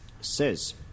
says